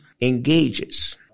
engages